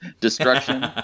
Destruction